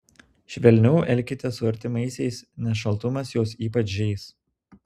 švelniau elkitės su artimaisiais nes šaltumas juos ypač žeis